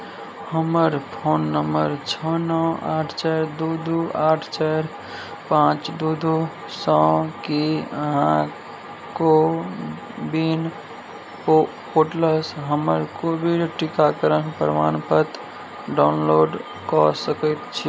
हमर phone number छओ नओ आठ चारि दू दू आठ चारि पाँच दू दू सएकेँ अहाँ को विन पो पोर्टलसँ हमर कोविड टीकाकरण प्रमाणपत्र डाउनलोड कऽ सकैत छी